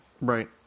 Right